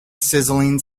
sizzling